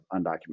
undocumented